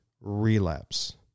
relapse